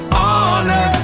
honor